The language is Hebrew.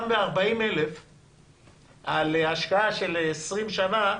גם ב-40,000 על השקעה של 20 שנה,